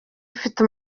ifite